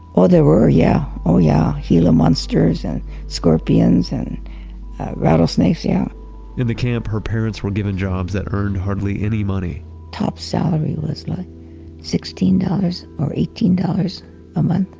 oh, there were, yeah. oh yeah, gila monsters and scorpions and rattlesnakes. yeah in the camp, her parents were given jobs that earned hardly any money top salary was like sixteen dollars or eighteen dollars month. a month